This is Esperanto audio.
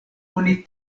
oni